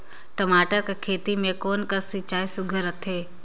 टमाटर कर खेती म कोन कस सिंचाई सुघ्घर रथे?